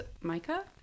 Micah